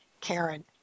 Karen